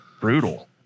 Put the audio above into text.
Brutal